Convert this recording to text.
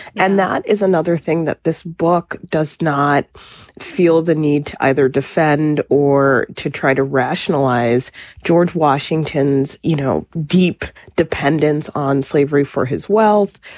and that is another thing that this book. does not feel the need to either defend or to try to rationalize george washington's, you know, deep dependence on slavery for his wealth.